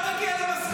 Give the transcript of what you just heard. אל תגיע למסקנות.